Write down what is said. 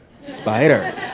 Spiders